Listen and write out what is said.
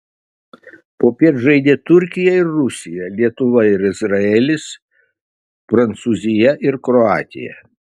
popiet žaidė turkija ir rusija lietuva ir izraelis prancūzija ir kroatija